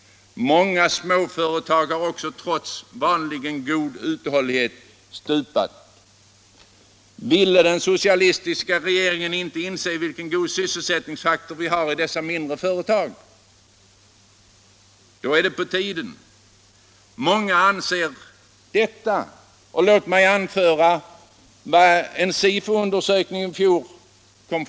Många småföretag har också, trots vanligen god uthållighet, stupat. Ville den socialdemokratiska regeringen inte inse vilken god sysselsättningsfaktor vi har i dessa mindre företag? Då är det på tiden, för många anser detta. Låt mig anföra vad en SIFO-undersökning i fjol visade.